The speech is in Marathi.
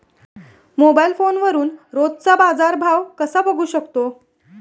मोबाइल फोनवरून रोजचा बाजारभाव कसा बघू शकतो?